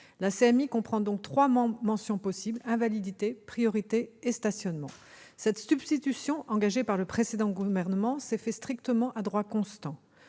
La CMI comprend donc trois mentions possibles : invalidité, priorité et stationnement. Cette substitution, engagée par le précédent gouvernement, s'est faite strictement à droit constant.